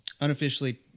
unofficially